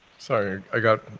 sorry, i got